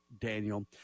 Daniel